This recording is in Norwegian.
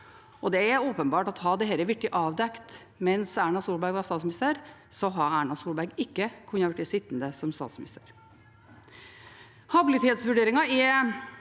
det er åpenbart at hadde dette blitt avdekket mens Erna Solberg var statsminister, hadde ikke Erna Solberg kunnet bli sittende som statsminister. Habilitetsvurderinger er